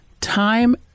time